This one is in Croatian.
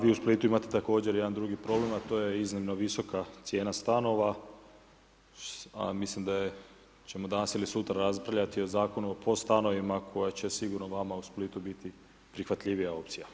Vi u Splitu imate također jedan drugi problem a to je iznimno visoka cijena stanova a mislim da ćemo danas ili sutra raspravljati o Zakonu o POS stanovima koja će sigurno vama u Splitu biti prihvatljivija opcija.